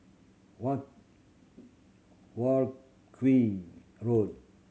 War War Road